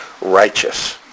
righteous